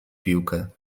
piłkę